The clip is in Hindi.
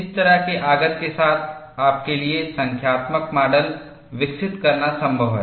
इस तरह के आगत के साथ आपके लिए संख्यात्मक मॉडल विकसित करना संभव है